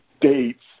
dates